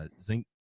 zinc